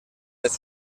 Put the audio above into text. les